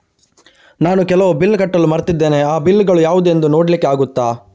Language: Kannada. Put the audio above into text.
ನಾನು ಕೆಲವು ಬಿಲ್ ಕಟ್ಟಲು ಮರ್ತಿದ್ದೇನೆ, ಆ ಬಿಲ್ಲುಗಳು ಯಾವುದೆಂದು ನೋಡ್ಲಿಕ್ಕೆ ಆಗುತ್ತಾ?